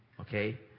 Okay